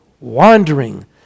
wandering